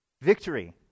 victory